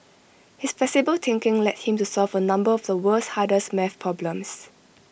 his flexible thinking led him to solve A number of the world's hardest math problems